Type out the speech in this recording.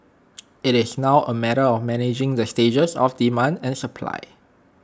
IT is now A matter of managing the stages of demand and supply